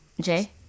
Jay